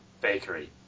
Bakery